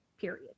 period